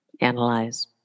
analyze